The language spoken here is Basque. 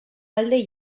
alde